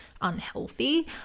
unhealthy